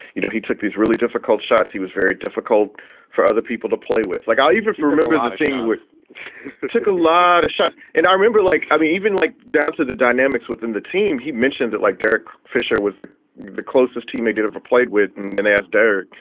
you know, he took these really difficult shots. he was very difficult for other people to play with. like i'll even remember the thing with took a lot of shots. and i remember like i mean, even like down to the dynamics within the team, he mentioned that like derek fisher was the the closest teammate of a played with and the nasdaq.